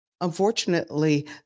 unfortunately